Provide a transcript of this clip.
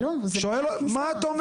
שואל אותך.